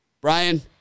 Brian